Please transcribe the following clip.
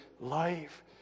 life